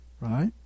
right